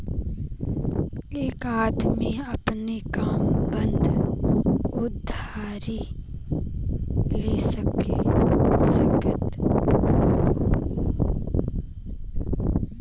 एक आदमी आपन काम बदे उधारी ले सकत हउवे